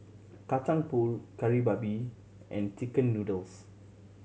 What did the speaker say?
Kacang Pool Kari Babi and chicken noodles